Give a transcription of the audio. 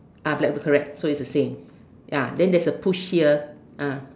ah black correct so it's the same ya then there's a push here ah